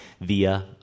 via